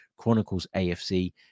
chroniclesafc